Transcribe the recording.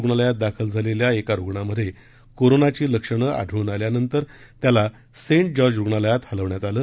रूग्णालयात दाखल झालेल्या एका रुग्णामध्ये कोरोनाची लक्षणं आढळून आल्यानंतर त्याला सेंट जॉर्ज रूग्णालयात हलविण्यात आलं